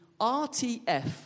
RTF